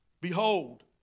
Behold